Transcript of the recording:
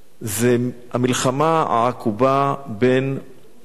זו המלחמה העקובה בין